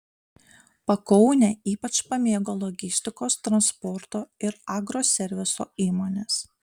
pakaunę ypač pamėgo logistikos transporto ir agroserviso įmonės